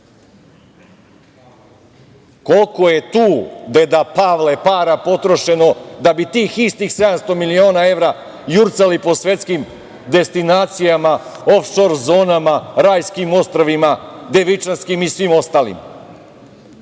Koliko je tu, deda Pavle, para potrošeno da bi tih istih 700 miliona evra jurcali po svetskim destinacijama ofšor zona rajskim ostrvima, Devičanskim i svim ostalim? Kako